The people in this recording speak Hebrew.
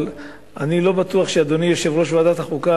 אבל אני לא בטוח שאדוני יושב-ראש ועדת החוקה,